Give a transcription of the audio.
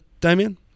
Damien